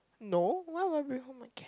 no why would I bring home a cat